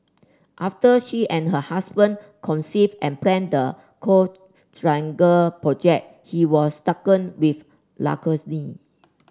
after she and her husband conceived and planned the Coral Triangle project he was stricken with